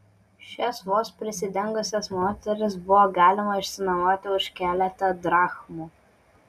šias vos prisidengusias moteris buvo galima išsinuomoti už keletą drachmų